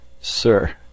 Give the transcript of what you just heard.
sir